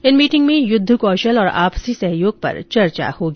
इन meeting में युद्ध कौशल और आपसी सहयोग पर चर्चा होगी